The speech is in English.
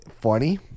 funny